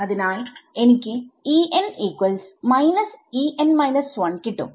അതിനാൽ എനിക്ക് കിട്ടും